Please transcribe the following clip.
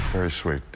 very sweet.